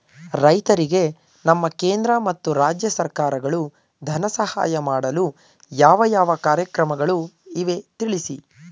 ರೈತರಿಗೆ ನಮ್ಮ ಕೇಂದ್ರ ಮತ್ತು ರಾಜ್ಯ ಸರ್ಕಾರಗಳು ಧನ ಸಹಾಯ ಮಾಡಲು ಯಾವ ಯಾವ ಕಾರ್ಯಕ್ರಮಗಳು ಇವೆ ತಿಳಿಸಿ?